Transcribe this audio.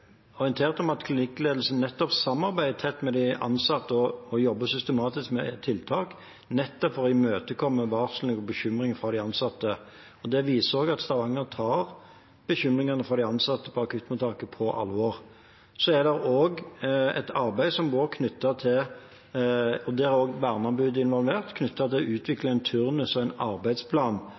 orientert om at klinikkledelsen samarbeider tett med de ansatte og jobber systematisk med tiltak, nettopp for å imøtekomme varslene og bekymringene fra de ansatte. Det viser også at Stavanger tar bekymringene fra de ansatte på akuttmottaket på alvor. Så er det også et arbeid – og der er også verneombudet involvert – knyttet til å utvikle en turnus og en arbeidsplan